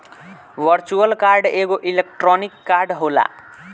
virtual card एगो electronic card होला